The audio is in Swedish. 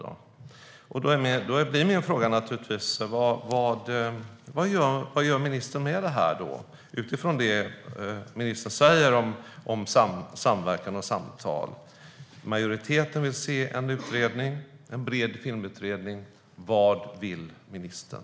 Då blir min fråga naturligtvis: Vad gör ministern med det här utifrån det som ministern säger om samverkan och samtal? Majoriteten vill se en bred filmutredning. Vad vill ministern?